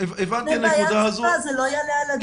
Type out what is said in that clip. זו בעיית שפה, זה לא יעלה על הדעת.